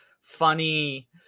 funny